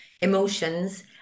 emotions